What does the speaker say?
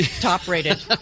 top-rated